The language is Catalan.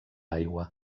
aigua